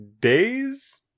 Days